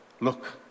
look